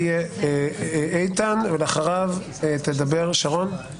הוועדה בכללי העבודה שלה הכניסה מעמד מייעץ לגורמים מקצועיים בהרבה מאוד